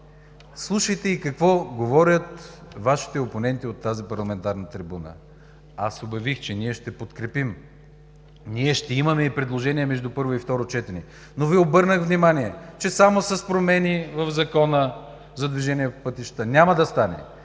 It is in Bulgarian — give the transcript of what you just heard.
слушайте какво говорят Вашите опоненти от тази парламентарна трибуна. Аз обявих, че ние ще подкрепим. Ние ще имаме и предложения между първо и второ четене, но Ви обърнах внимание, че само с промени в Закона за движение по пътищата няма да стане,